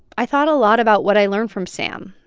i thought a lot about what i learned from sam.